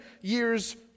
years